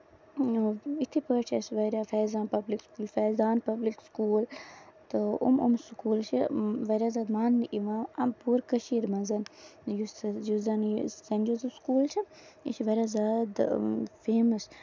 یِتھٕے پٲٹھۍ چھِ اَسہِ واریاہ فیزن فیزان پبلِک سکوٗل تہٕ أمۍ أمۍ سکوٗل چھِ واریاہ زیادٕ ماننہٕ یِوان پوٗرٕ کٔشیٖر منٛز ہَن یُس زَن یہِ سینٹ جوزف سکوٗل یہِ چھُ واریاہ زیادٕ فیمَس